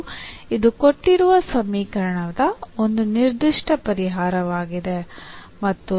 ಮತ್ತು ಇದು ಕೊಟ್ಟಿರುವ ಸಮೀಕರಣದ ಒಂದು ನಿರ್ದಿಷ್ಟ ಪರಿಹಾರವಾಗಿದೆ